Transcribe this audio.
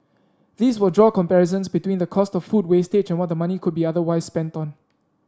these will draw comparisons between the cost of food wastage and what the money could be otherwise spent on